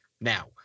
now